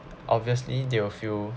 obviously they will feel